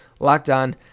LOCKEDON